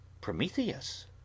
Prometheus